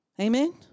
amen